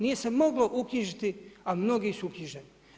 Nije se moglo uknjižiti a mnogi su uknjiženi.